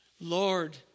Lord